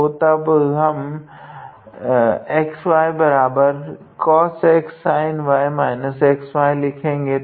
तो तब हम 𝑥𝑦cos𝑥sin𝑦−𝑥𝑦 लिखेगे